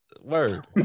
word